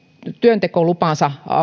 työntekolupa